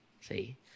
see